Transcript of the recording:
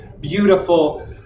beautiful